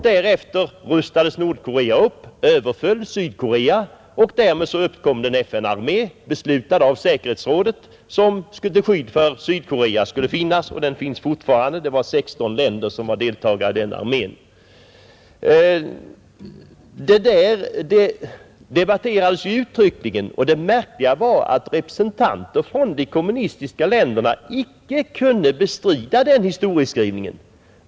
Därefter rustades Nordkorea upp och överföll Sydkorea, varefter en FN-armé uppkom, beslutad av säkerhetsrådet, som skydd för Sydkorea. Denna armé finns fortfarande — 16 länder var deltagare i den, Detta debatterades uttryckligen i Förenta nationerna, Det märkliga var att representanter för de kommunistiska länderna icke kunde bestrida den historieskrivningen.